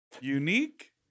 unique